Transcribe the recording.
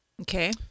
Okay